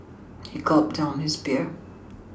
he gulped down his beer